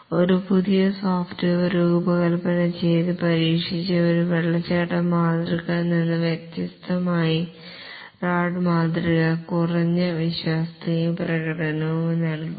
ഒരു പുതിയ സോഫ്റ്റ്വെയർ രൂപകൽപ്പന ചെയ്ത് പരീക്ഷിച്ച ഒരു വാട്ടർഫാൾ മോഡലിൽ നിന്ന് വ്യത്യസ്തമായി റാഡ് മാതൃക കുറഞ്ഞ വിശ്വാസ്യതയും പ്രകടനവും നൽകും